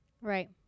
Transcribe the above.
Right